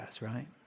right